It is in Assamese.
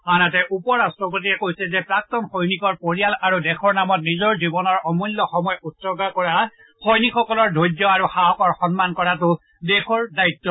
আনহাতে উপৰাট্টপতিয়ে কয় যে প্ৰাক্তন সৈনিকৰ পৰিয়াল আৰু দেশৰ নামত নিজৰ জীৱনৰ অমূল্য সময় উৎসৰ্গা কৰা সৈনিকসকলৰ ধৈৰ্য আৰু সাহসৰ সন্মান কৰাটো দেশৰ দায়িত্ব